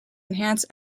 enhance